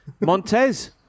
Montez